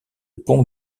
pont